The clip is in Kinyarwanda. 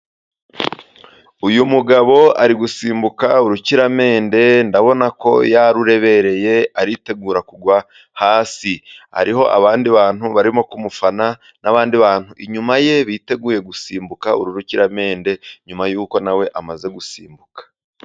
Uyu mugabo ari gusimbuka urukiramende ndabonako yarurebereye aritegura kugwa hasi, hariho abandi bantu barimo kumufana n'abandi bantu inyuma ye biteguye gusimbuka uru rukiramende, nyuma y'uko nawe amaze gusimbuka.